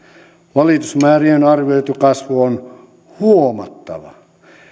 valitusmäärien arvioitu kasvu on huomattava